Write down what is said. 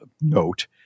note